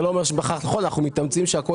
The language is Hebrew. זה לא אומר שאנחנו לא מתאמצים שהכול